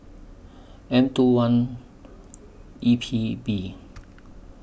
M two one E P B